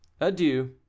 adieu